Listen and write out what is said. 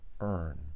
earn